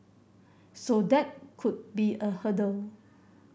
so that could be a hurdle